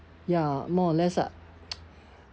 ya more or less ah